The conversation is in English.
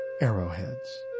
Arrowheads